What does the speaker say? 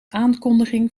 aankondiging